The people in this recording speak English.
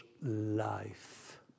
life